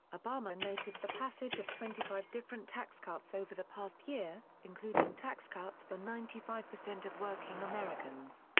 obama noted the passage of twenty five different tax cuts over the past year, including tax cuts for ninety five percent of working americans.